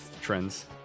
trends